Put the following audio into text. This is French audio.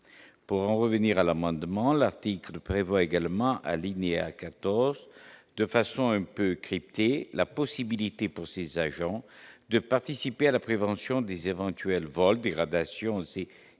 pour en revenir à l'amendement l'article prévoit également alinéa 14 de façon un peu crypté, la possibilité pour ces agents de participer à la prévention des éventuels vols, dégradations et effractions